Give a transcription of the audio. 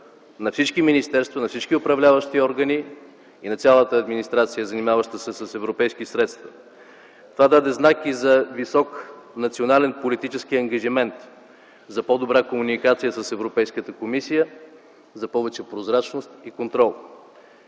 на всички министерства, на всички управляващи органи и на цялата администрация, занимаваща се с европейски средства. Това даде знак и за висок национален политически ангажимент за по-добра комуникация с Европейската комисия, за повече прозрачност и контрол.